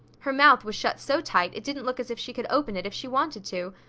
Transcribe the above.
her mouth was shut so tight it didn't look as if she could open it if she wanted to.